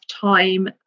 time